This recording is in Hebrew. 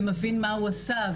ומבין מה הוא עשה,